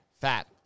fat